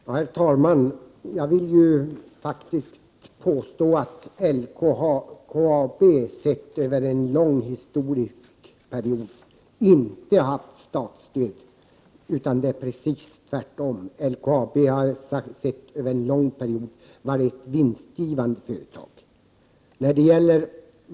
Herr talman! Jag vill faktiskt påstå att LKAB sett över en lång historisk period inte haft statligt stöd, det är precis tvärtom. LKAB har varit ett vinstgivande företag.